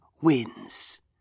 wins